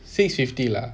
six fifty lah